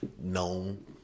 known